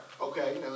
Okay